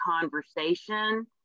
conversation